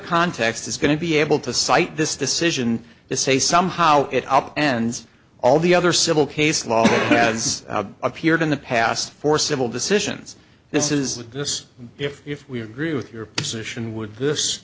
context is going to be able to cite this decision to say somehow it up and all the other civil case law has appeared in the past for civil decisions this is this if we agree with your position would this